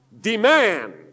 demand